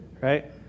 Right